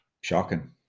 shocking